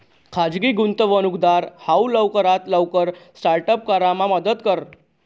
खाजगी गुंतवणूकदार हाऊ लवकरात लवकर स्टार्ट अप करामा मदत करस